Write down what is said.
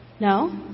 No